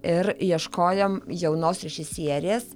ir ieškojom jaunos režisierės